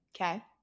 Okay